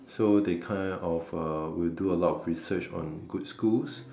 so they kind of uh will do a lot of research on good schools